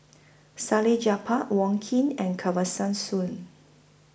Salleh Japar Wong Keen and Soon